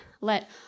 Let